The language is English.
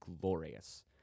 glorious